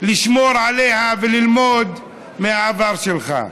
לשמור עליה, וללמוד מהעבר שלך.